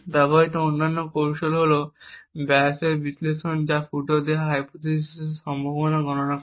ব্যবহৃত অন্যান্য কৌশল হল Bayes বিশ্লেষণ যা ফুটো দেওয়া হাইপোথিসিসের সম্ভাব্যতা গণনা করে